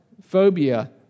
phobia